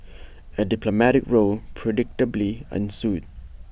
A diplomatic row predictably ensued